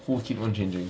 who keep on changing